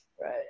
Right